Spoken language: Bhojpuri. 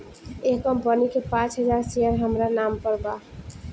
एह कंपनी के पांच हजार शेयर हामरा नाम पर बा